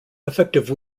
effective